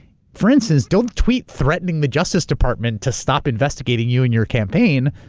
for instance, don't tweet threatening the justice department to stop investigating you and your campaign.